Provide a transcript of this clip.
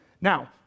Now